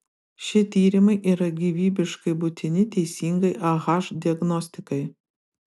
šie tyrimai yra gyvybiškai būtini teisingai ah diagnostikai